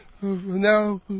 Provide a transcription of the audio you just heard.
Now